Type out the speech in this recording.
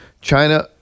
China